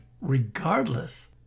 regardless